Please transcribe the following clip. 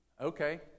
Okay